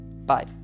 Bye